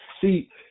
See